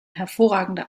hervorragende